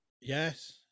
Yes